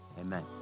amen